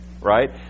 right